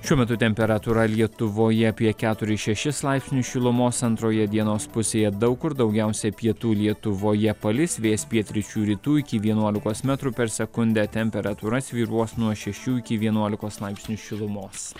šiuo metu temperatūra lietuvoje apie keturis šešis laipsnių šilumos antroje dienos pusėje daug kur daugiausia pietų lietuvoje palis vėjas pietryčių rytų iki vienuolikos metrų per sekundę temperatūra svyruos nuo šešių iki vienuolikos laipsnių šilumos